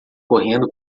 correndo